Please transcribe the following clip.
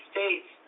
States